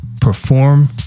perform